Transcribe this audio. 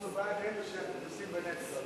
אנחנו בעד אלה שנושאים בנטל.